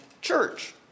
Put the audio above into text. Church